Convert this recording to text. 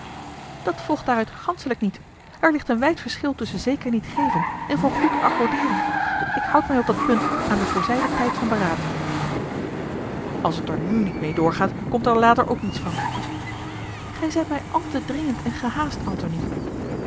dat volgt daaruit ganschelijk niet er ligt een wijd verschil tusschen zeker niet geven en voor goed accordeeren ik houd mij op dat punt aan den voorzeiden tijd van beraad als het er nù niet meê doorgaat komt er later ook niets van gij zijt mij al te dringend en gehaast antony